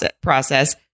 process